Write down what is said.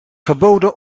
verboden